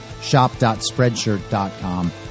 shop.spreadshirt.com